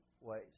ways